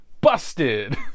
Busted